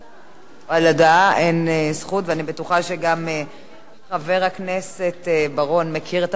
הודעה אין זכות ואני בטוחה שגם חבר הכנסת בר-און מכיר את הפרוטוקול